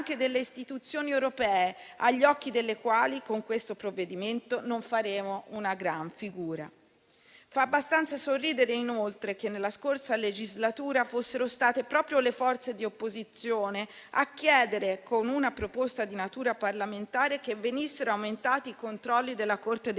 Fa abbastanza sorridere, inoltre, che nella scorsa legislatura fossero state proprio le forze di opposizione a chiedere, con una proposta di natura parlamentare, che venissero aumentati i controlli della Corte dei